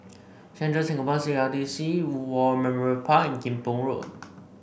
Central Singapore C R D C War Memorial Park and Kim Pong Road